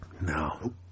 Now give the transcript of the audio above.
No